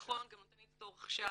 נכון, הוא גם נתן לי את התור עכשיו.